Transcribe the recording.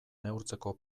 neurtzeko